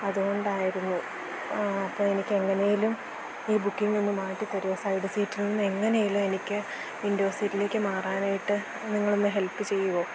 അതുകൊണ്ടായിരുന്നു അപ്പം എനിക്ക് എങ്ങനെയെങ്കിലും ഈ ബുക്കിംഗ് ഒന്ന് മാറ്റി തരുമോ സൈഡ് സീറ്റിൽ നിന്നും എങ്ങനെയെങ്കിലും എനിക്ക് വിൻഡോ സീറ്റിലേക്ക് മാറാനായിട്ട് നിങ്ങളൊന്ന് ഹെൽപ്പ് ചെയ്യുമോ